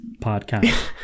podcast